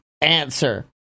answer